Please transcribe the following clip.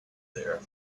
there